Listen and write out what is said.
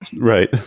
Right